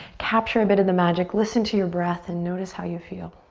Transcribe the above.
capture a bit of the magic. listen to your breath and notice how you feel.